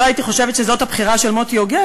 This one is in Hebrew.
לא הייתי חושבת שזאת הבחירה של מוטי יוגב,